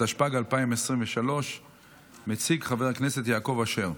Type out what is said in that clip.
התשפ"ג 2023. מציג חבר הכנסת יעקב אשר.